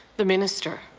the minister.